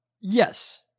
yes